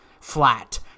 flat